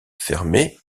fermé